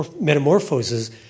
metamorphoses